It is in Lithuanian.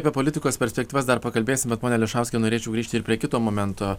apie politikos perspektyvas dar pakalbėsim bet pone ališauskai norėčiau grįžti ir prie kito momento